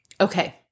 Okay